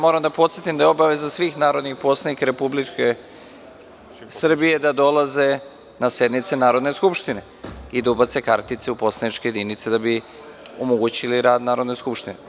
Moram da podsetim da je obaveza svih narodnih poslanika Republike Srbije da dolaze na sednice Narodne skupštine i da ubace kartice u poslaničke jedinice da bi omogućili rad Narodne skupštine.